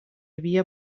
havia